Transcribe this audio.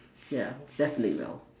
ya definitely well